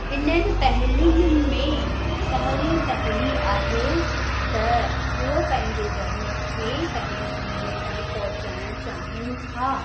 इन्हनि पहलियुनि में पहिरीं पहली आहे त हूअ पंहिंजे धर्म खे पंहिंजी पीढ़ीअ ताईं पहुचाइण चाहिन था